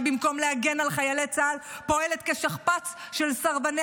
ממשלה שבמקום להגן על חיילי צה"ל פועלת כשכפ"ץ של סרבני